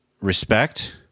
respect